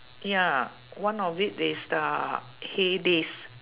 ya one of it is the hay days